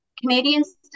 Canadians